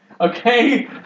Okay